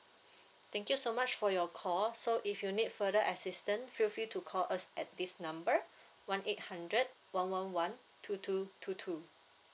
thank you so much for your call so if you need further assistance feel free to call us at this number one eight hundred one one one two two two two